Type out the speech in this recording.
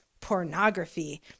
pornography